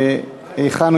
נתקבלה.